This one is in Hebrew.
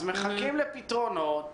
אז מחכים לפתרונות.